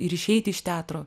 ir išeiti iš teatro